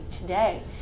today